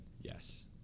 Yes